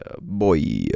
boy